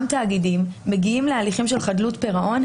תאגידים מגיעים להליכים של חדלות פירעון,